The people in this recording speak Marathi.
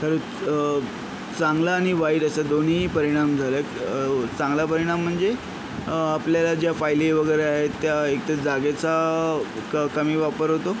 तर चांगलं आणि वाईट असं दोन्हीही परिणाम झालेत चांगला परिणाम म्हणजे आपल्याला ज्या फायली वगैरे आहेत त्या एकतर जागेचा क कमी वापर होतो